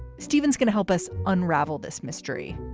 stevens gonna help us unravel this mystery.